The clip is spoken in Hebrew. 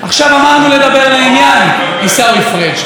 עכשיו, אמרנו לדבר לעניין, עיסאווי פריג'.